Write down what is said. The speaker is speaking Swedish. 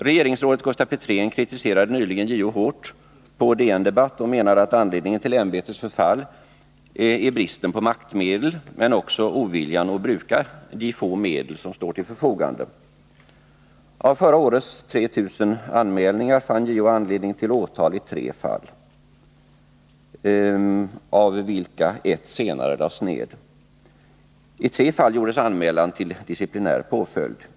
Regeringsrådet Gustaf Petrén kritiserade nyligen JO hårt på DN-debatt och menade att anledningen till ämbetets förfall är bristen på maktmedel men också oviljan att bruka de få medel som står till förfogande. Av förra årets 3 000 anmälningar fann JO anledning till åtal i tre fall, av vilka ett senare lades ned. I tre fall gjordes anmälan till disciplinär påföljd.